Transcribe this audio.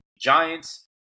Giants